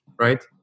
right